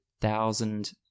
thousand